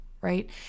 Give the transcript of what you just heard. Right